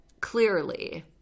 Clearly